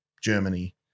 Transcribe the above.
Germany